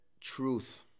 truth